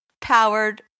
powered